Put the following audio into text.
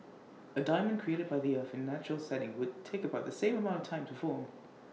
A diamond created by the earth in A natural setting would take about the same amount of time to form